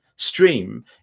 Stream